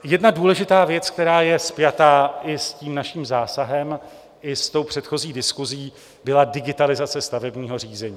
Jedna důležitá věc, která je spjatá i s naším zásahem i s předchozí diskusí, byla digitalizace stavebního řízení.